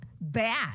bad